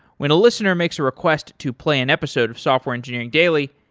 when a listener makes a request to play an episode of software engineering daily,